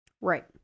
Right